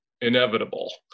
inevitable